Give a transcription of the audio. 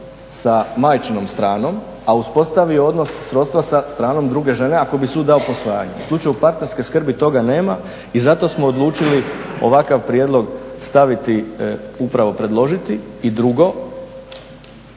sa majčinom stranom, a uspostavio odnos srodstva sa stranom druge žene ako bi sud dao posvajanje. U slučaju partnerske skrbi toga nema i zato smo odlučili ovakav prijedlog staviti, upravo predložiti. I drugo,